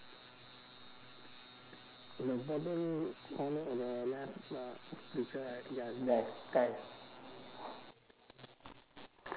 the bottom corner of the left uh picture right ya is there's yes